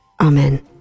amen